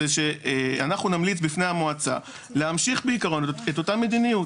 אנחנו נמליץ בפני המועצה להמשיך בעיקרון את אותה מדיניות.